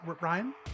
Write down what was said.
Ryan